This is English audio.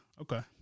Okay